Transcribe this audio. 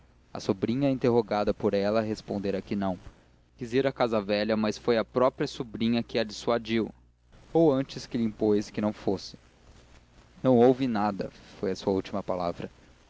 a sobrinha interrogada por ela respondera que não quis ir à casa velha mas foi a própria sobrinha que a dissuadiu ou antes que lhe impôs que não fosse não houve nada foi a sua última palavra